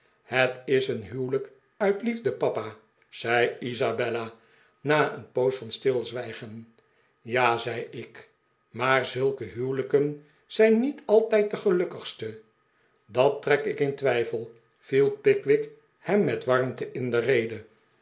het is een huwelijk uit liefde papa zei isabella na een poos van stilzwijgen ja zei ik maar zulke huwelijken zijn niet altijd de gelukkigste dat trek ik in twijfel viel pickwick hem met warmte in de rede